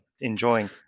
enjoying